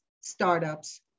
startups